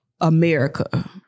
America